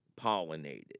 pollinated